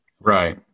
Right